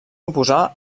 oposar